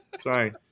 Sorry